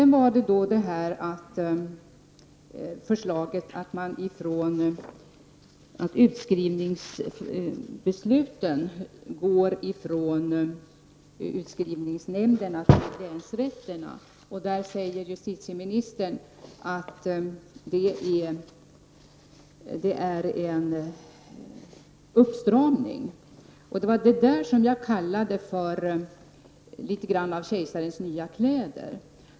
När det sedan gäller förslaget om att utskrivningsbesluten skall fattas av utskrivningsnämnderna i stället för länsrätterna säger justitieministern att detta är en uppstramning. Det var detta som jag kallade för litet grand av kejsarens nya kläder.